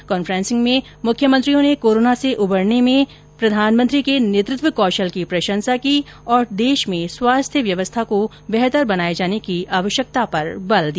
conferencing में मुख्यमंत्रियों ने कोरोना से उबरने में प्रधानमंत्री के नेतृत्व कौशल की प्रशंसा की और देश में स्वास्थ्य व्यवस्था को बेहतर बनाये जाने की आवश्यकता पर बल दिया